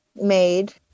made